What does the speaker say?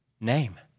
name